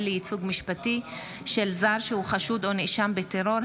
לייצוג משפטי של זר שהוא חשוד או נאשם בטרור,